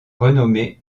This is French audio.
renommées